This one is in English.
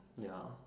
ya